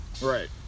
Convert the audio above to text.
Right